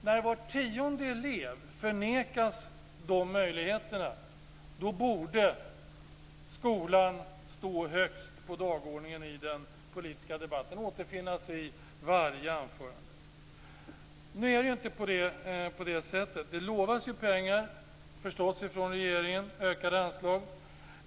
När var tionde elev förnekas dessa möjligheter, då borde skolan stå högst på dagordningen i den politiska debatten och återfinnas i varje anförande. Nu är det inte på det sättet. Det lovas ju förstås pengar från regeringen i form av ökade anslag.